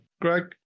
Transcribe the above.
greg